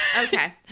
Okay